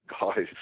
guys